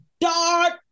dark